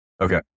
Okay